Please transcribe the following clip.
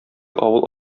авыл